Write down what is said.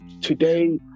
Today